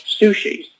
sushi